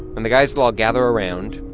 and the guys will all gather around.